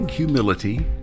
humility